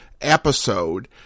episode